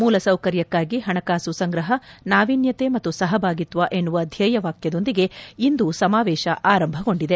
ಮೂಲಸೌಕರ್ಯಕ್ಕಾಗಿ ಹಣಕಾಸು ಸಂಗ್ರಹ ನಾವಿನ್ಯತೆ ಮತ್ತು ಸಹಭಾಗಿತ್ವ ಎನ್ನುವ ಧ್ಯೇಯವಾಕ್ಯದೊಂದಿಗೆ ಇಂದು ಸಮಾವೇಶ ಆರಂಭಗೊಂಡಿದೆ